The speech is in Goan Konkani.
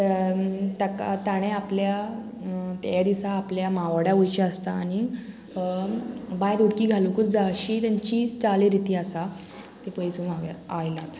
त्या ताका ताणें आपल्या ते दिसा आपल्या मावड्या वयचें आसता आनीक बांयंत उडकी घालूंकूच जाय अशी तेंची चाली रिती आसा ती पयसूंक हांव आयलात